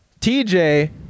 TJ